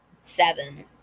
seven